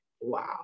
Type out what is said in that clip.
Wow